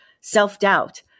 self-doubt